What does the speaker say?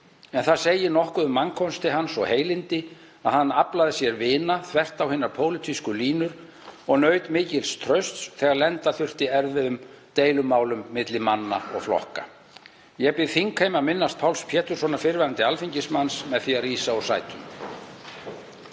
en það segir nokkuð um mannkosti hans og heilindi að hann aflaði sér vina þvert á hinar pólitísku línur og naut mikils trausts þegar lenda þurfti erfiðum deilumálum milli manna og flokka. Ég bið þingheim að minnast Páls Péturssonar, fyrrverandi alþingismanns, með því að rísa úr sætum.